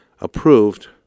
approved